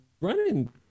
running